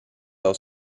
aus